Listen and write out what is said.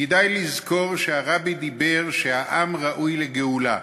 כדאי לזכור שהרבי דיבר שהעם ראוי לגאולה.